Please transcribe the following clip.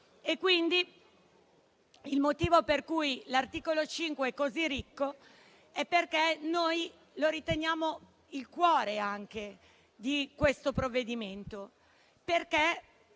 Il motivo per cui l'articolo 5 è così ricco è perché noi lo riteniamo il cuore del provvedimento.